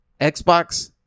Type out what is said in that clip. Xbox